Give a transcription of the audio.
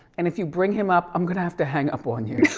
and if you bring him up, i'm gonna have to hang up on you.